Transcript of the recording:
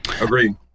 Agreed